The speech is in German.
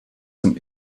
zum